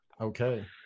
Okay